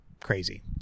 crazy